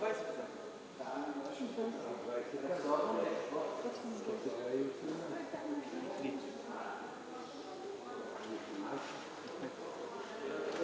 Благодаря,